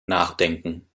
nachdenken